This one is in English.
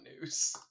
news